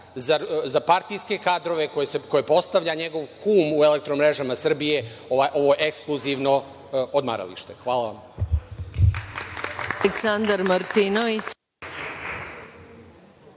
za partijske kadrove koje postavlja njegov kum u Elektromrežama Srbije ovo ekskluzivno odmaralište? Hvala vam.